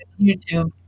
YouTube